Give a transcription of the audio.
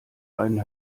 einen